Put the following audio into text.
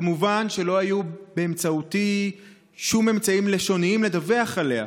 כמובן שלא היו לי שום אמצעים לשוניים לדווח עליה.